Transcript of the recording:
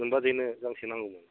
नोमबाजैनो गांसे नांगौमोन